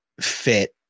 fit